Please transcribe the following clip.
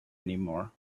anymore